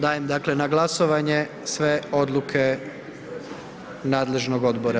Dajem dakle na glasovanje sve odluke nadležnog odbora.